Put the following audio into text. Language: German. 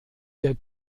der